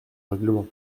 règlement